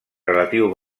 relatiu